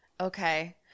Okay